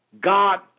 God